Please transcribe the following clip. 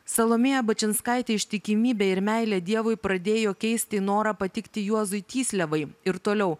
salomėja bačinskaitė ištikimybę ir meilę dievui pradėjo keisti į norą patikti juozui tysliavai ir toliau